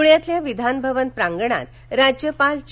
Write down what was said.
पृण्यातील विधान भवन प्रांगणात राज्यपाल चे